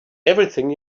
everything